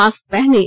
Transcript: mask पहनें